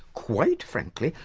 quite frankly,